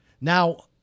Now